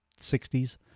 60s